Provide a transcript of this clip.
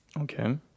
Okay